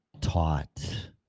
taught